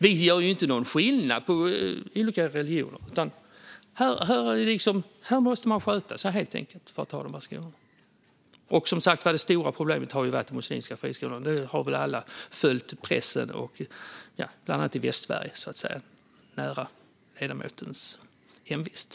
Vi gör inte någon skillnad på olika religioner, utan man måste helt enkelt sköta sig för att kunna ha de här skolorna. Men de stora problemen har som sagt funnits i muslimska friskolor, bland annat i Västsverige, nära ledamotens hemvist. Vi har väl alla följt pressen.